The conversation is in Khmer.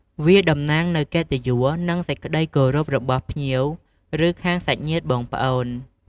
វាតំណាងនូវកិត្តិយស និងសេចក្ដីគោរពរបស់ភ្ញៀវឬខាងសាច់ញាតិបងប្អូន។